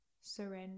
surrender